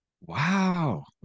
Wow